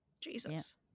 Jesus